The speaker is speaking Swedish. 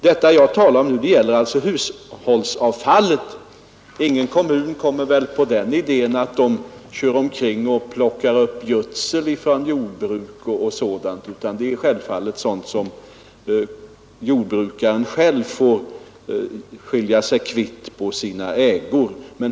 Vad jag talar om är alltså hushållsavfallet. Ingen kommun kommer väl t.ex. på idén att köra omkring och plocka upp gödsel från jordbruk, utan sådant får jordbrukaren själv skilja sig kvitt på sina ägor.